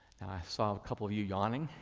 and i saw a couple of you yawning.